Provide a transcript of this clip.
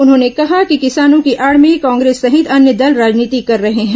उन्होंने कहा कि किसानों की आड़ में कांग्रेस सहित अन्य दल राजनीति कर रहे हैं